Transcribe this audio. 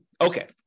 Okay